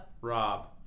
Rob